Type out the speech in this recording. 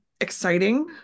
exciting